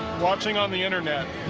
watching on the internet.